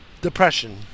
depression